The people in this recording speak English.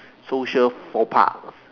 so we shall faux pas